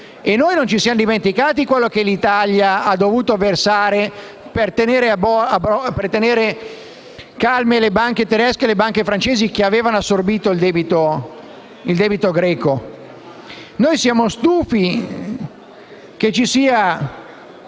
Noi non ci siamo dimenticati quello che l'Italia ha dovuto versare per tenere calme le banche tedesche e quelle francesi che avevano assorbito il debito greco. Noi siamo stufi che ci sia